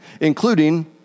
including